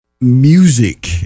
Music